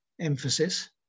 emphasis